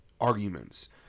arguments